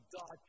God